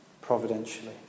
providentially